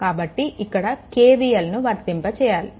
కాబట్టి ఇక్కడ KVLని వర్తింపచేయాలి